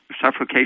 suffocation